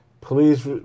Please